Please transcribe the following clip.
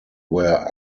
were